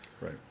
Right